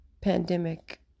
pandemic